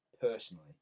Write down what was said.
personally